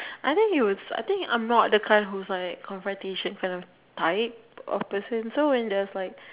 I think you I think I'm not the kind who's like confrontation for the type of person so when there's like